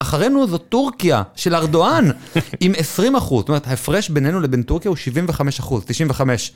אחרינו זו טורקיה של ארדואן עם 20 אחוז. זאת אומרת ההפרש בינינו לבין טורקיה הוא 75 אחוז, 95.